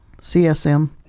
CSM